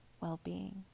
well-being